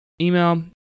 email